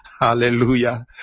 Hallelujah